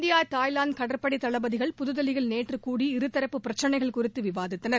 India Thailand கடற்படைத் தளபதிகள் புதுதில்லியில் நேற்று கூடி இருதரப்பு பிரச்னைகள் குறித்து விவாதித்தனர்